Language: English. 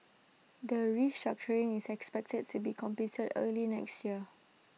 the restructuring is expected to be completed early next year